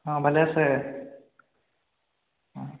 অঁ ভালে আছে অঁ